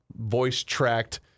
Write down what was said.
voice-tracked